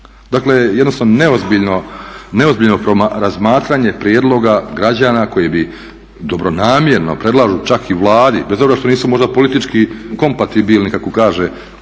Dakle jednostavno neozbiljno razmatranje prijedloga građana koji bi, dobronamjerno predlažu čak i Vladi, bez obzira što nisu možda politički kompatibilni kako kaže kolegica